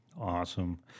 Awesome